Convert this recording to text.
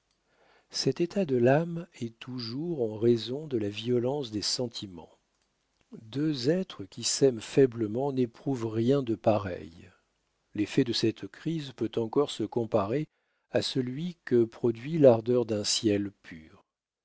cet état de l'âme est toujours en raison de la violence des sentiments deux êtres qui s'aiment faiblement n'éprouvent rien de pareil l'effet de cette crise peut encore se comparer à celui que produit l'ardeur d'un ciel pur